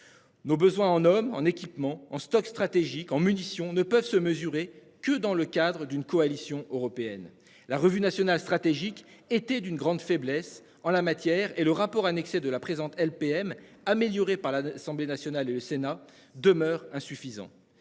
Nos besoins en hommes en équipement en stock stratégique en munitions ne peuvent se mesurer que dans le cadre d'une coalition européenne la revue nationale stratégique était d'une grande faiblesse en la matière et le rapport annexé de la présente LPM améliorée par l'Assemblée nationale et le Sénat demeure insuffisant